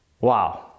Wow